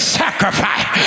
sacrifice